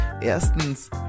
Erstens